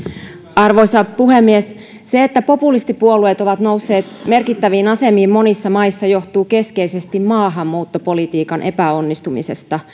arvoisa puhemies se että populistipuolueet ovat nousseet merkittäviin asemiin monissa maissa johtuu keskeisesti maahanmuuttopolitiikan epäonnistumisesta